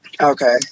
okay